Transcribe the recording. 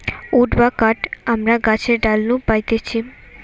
would বা কাঠ আমরা গাছের ডাল নু পাইতেছি